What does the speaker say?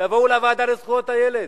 תבואו לוועדה לזכויות הילד,